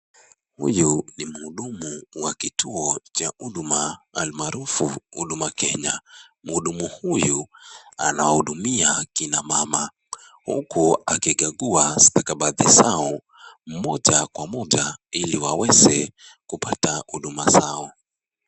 Huyu Ni muhudumu Wa kituo cha huduma almaarufu huduma Kenya, muhudumu huyu anahudumia akina mama, huku akikagua stakabadhi zao moja Kwa moja ili waweze kupata huduma zao.